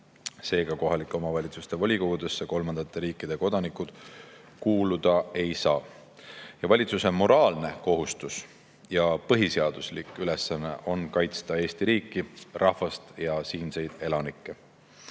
Seega, kohalike omavalitsuste volikogudesse kolmandate riikide kodanikud kuuluda ei saa. Valitsuse moraalne kohustus ja põhiseaduslik ülesanne on kaitsta Eesti riiki, rahvast ja siinseid elanikke.